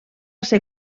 ser